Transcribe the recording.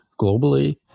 globally